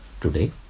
today